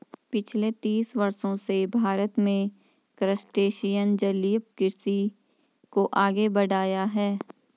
पिछले तीस वर्षों से भारत में क्रस्टेशियन जलीय कृषि को आगे बढ़ाया है